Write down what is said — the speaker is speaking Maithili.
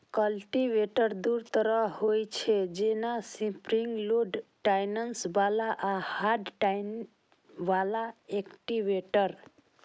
कल्टीवेटर दू तरहक होइ छै, जेना स्प्रिंग लोडेड टाइन्स बला आ हार्ड टाइन बला कल्टीवेटर